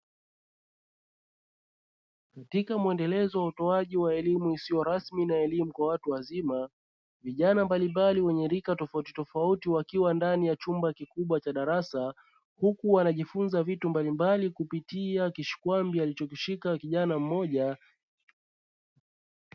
Katika muendelezo wa utoaji wa elimu isiyo rasmi na elimu kwa watu wazima, vijani mbalimbali wenye rika tofautitofauti wakiwa ndani ya chumba kikubwa cha darasa; huku wanajifunza vitu mbalimbali kupitia kishikwambi alichokishika kijana mmoja.